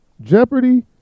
Jeopardy